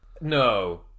No